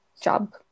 job